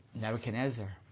Nebuchadnezzar